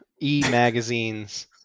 e-magazines